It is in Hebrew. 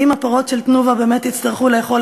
האם הפרות של "תנובה" באמת יצטרכו לאכול